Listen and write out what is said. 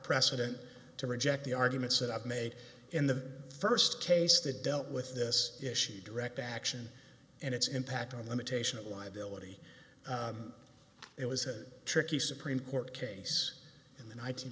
precedent to reject the arguments that i've made in the first case that dealt with this issue direct action and its impact on limitation of liability it was a tricky supreme court case in the